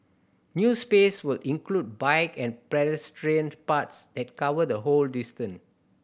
new space will include bike and pedestrian paths that cover the whole distance